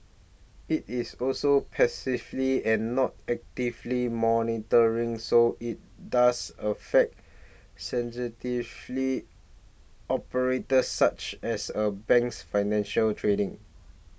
it is also passively and not actively monitoring so it does affect sensitively operate such as a bank's financial trading